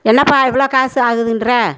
என்னப்பா இவ்வளோ காசு ஆகுதுன்ற